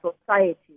society